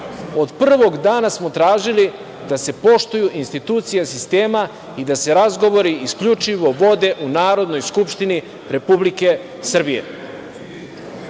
Od prvog dana smo tražili da se poštuju institucije sistema i da se razgovori isključivo vode u Narodnoj skupštini Republike Srbije. Ono